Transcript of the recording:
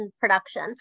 production